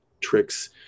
tricks